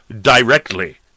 directly